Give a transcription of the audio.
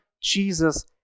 Jesus